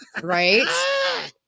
Right